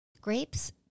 Grapes